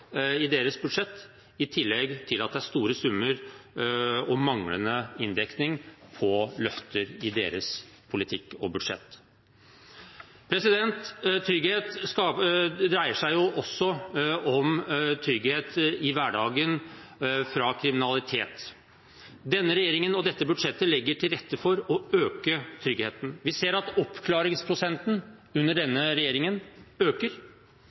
i deres budsjett, i tillegg til at det er store summer og manglende inndekning på løfter i deres politikk og budsjett. Trygghet dreier seg jo også om trygghet i hverdagen fra kriminalitet. Denne regjeringen og dette budsjettet legger til rette for å øke tryggheten. Vi ser at oppklaringsprosenten under denne regjeringen øker.